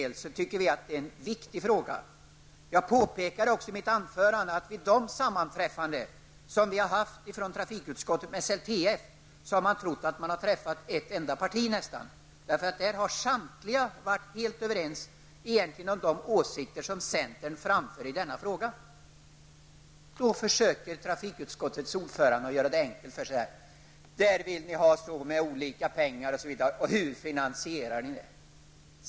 Jag och centerpartiet tycker att det är en viktig fråga. I mitt anförande påpekade jag också att man i samband med trafikutskottets sammanträffanden med Svenska lokaltrafikföreningen har trott att det fanns representanter för nästan bara ett enda parti. I stort sett samtliga har varit överens om de åsikter som centern framfört i denna fråga. Trafikutskottets ordförande försöker göra det enkelt för sig genom att säga: Ni vill göra si eller så med hjälp av olika pengar, och ni vet inte hur ni skall finansiera det hela.